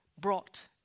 brought